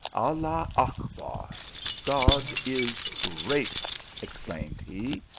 allah achbar! god is great exclaimed he,